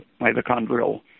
mitochondrial